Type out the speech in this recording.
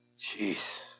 Jeez